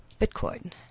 Bitcoin